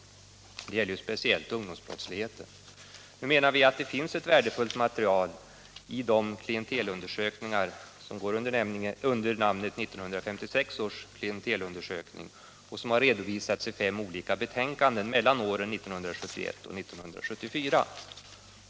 Det gäller speciellt ungdomsbrottsligheten. Nu finns det ett värdefullt material i 1956 års klientelundersökning, som har redovisats i fem olika betänkanden mellan åren 1971 och 1974.